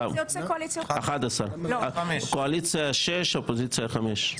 בסך הכול מהקואליציה שישה ומהאופוזיציה חמישה.